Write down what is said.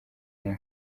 nawe